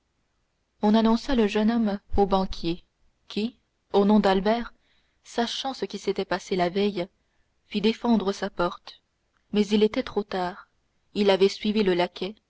on annonça le jeune homme au banquier qui au nom d'albert sachant ce qui s'était passé la veille fit défendre sa porte mais il était trop tard il avait suivi le